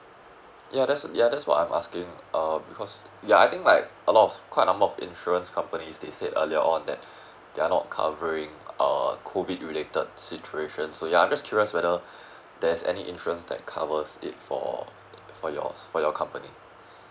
ya that's ya that's what I'm asking uh because ya I think like a lot of quite number of insurance companies they say earlier on that they are not covering uh COVID related situation so ya I'm just curious whether there's any insurance that covers it for for your for your company